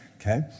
okay